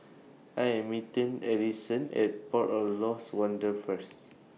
I Am meeting Alisson At Port of Lost Wonder First